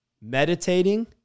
meditating